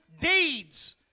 deeds